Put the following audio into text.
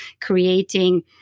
creating